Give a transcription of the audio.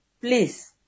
Please